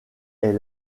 est